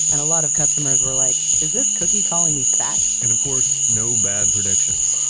and a lot of customers were like, is this cookie calling me fat? and of course, no bad predictions.